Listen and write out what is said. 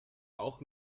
auch